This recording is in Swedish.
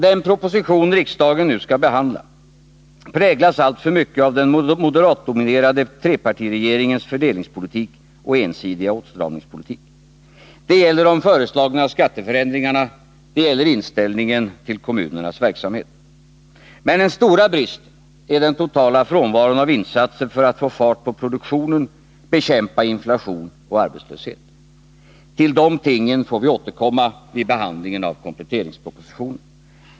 Den proposition riksdagen nu skall behandla präglas alltför mycket av den moderatdominerade trepartiregeringens fördelningspolitik och ensidiga åtstramningspolitik. Det gäller de föreslagna skatteförändring tiska åtgärder arna. Det gäller inställningen till kommunernas verksamhet. Men den stora bristen är den totala frånvaron av insatser för att få fart på produktionen, bekämpa inflation och arbetslöshet. Till dessa ting får vi återkomma vid behandlingen av kompletteringspropositionen.